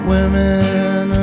Women